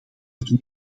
het